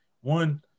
One